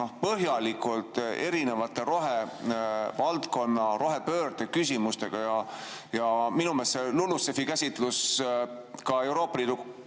põhjalikult erinevate rohevaldkonna, rohepöörde küsimustega. Minu meelest see LULUCF-i käsitlus ka Euroopa Liidu